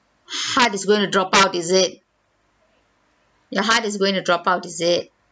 heart is going to drop out is it your heart is going to drop out is it